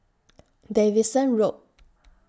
Davidson Road